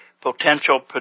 Potential